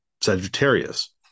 Sagittarius